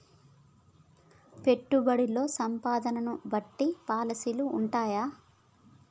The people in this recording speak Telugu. పెట్టుబడుల్లో సంపదను బట్టి పాలసీలు ఉంటయా?